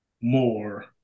more